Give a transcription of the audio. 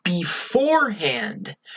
beforehand